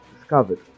discovered